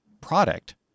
product